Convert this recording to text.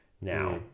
Now